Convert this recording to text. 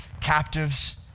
captives